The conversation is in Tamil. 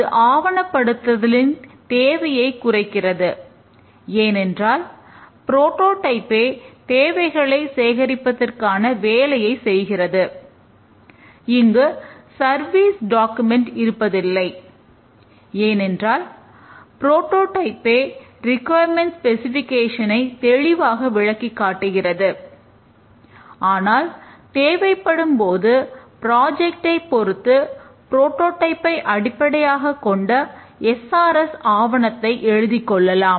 இது ஆவணப்படுத்துதலின் தேவையை குறைக்கிறது ஏனென்றால் புரோடோடைப்பேஆவணத்தை எழுதிக் கொள்ளலாம்